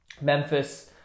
Memphis